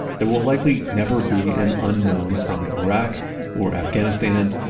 there will likely never be an unknown from iraq or afghanistan,